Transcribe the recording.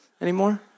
anymore